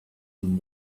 been